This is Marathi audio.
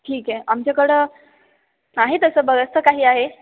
ठीक आहे आमच्याकडं आहे तसं बरचसं काही आहे